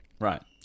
Right